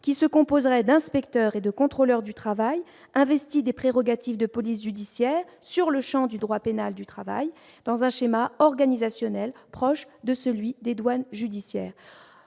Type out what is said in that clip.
qui se composerait d'inspecteurs et de contrôleurs du travail investie des prérogatives de police judiciaire sur le Champ du droit pénal du travail dans un schéma organisationnel, proche de celui des douanes judiciaires